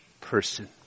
person